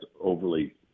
overly